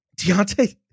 Deontay